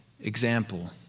example